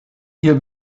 ihr